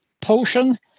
potion